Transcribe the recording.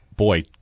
Boy